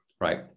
right